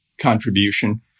contribution